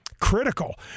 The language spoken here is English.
critical